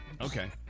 Okay